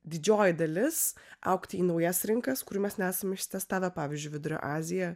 didžioji dalis augti į naujas rinkas kur mes nesam testavę pavyzdžiui vidurio azija